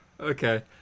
Okay